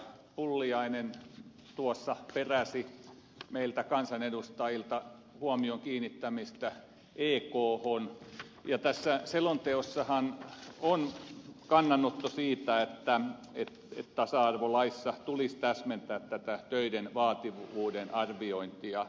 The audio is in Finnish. pulliainen tuossa peräsi meiltä kansanedustajilta huomion kiinnittämistä ekhon ja tässä selonteossahan on kannanotto siitä että tasa arvolaissa tulisi täsmentää tätä töiden vaativuuden arviointia